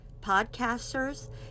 podcasters